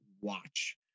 watch